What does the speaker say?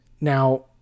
Now